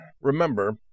Remember